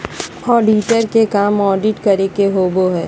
auditor के काम audit करे के होबो हइ